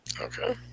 Okay